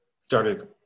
started